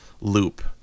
loop